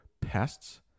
pests